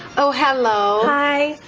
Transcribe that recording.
oh hello. hi.